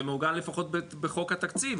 זה מעוגן לפחות בחוק התקציב.